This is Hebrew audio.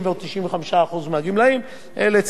לצערי, המדינה לא קיבלה את זה.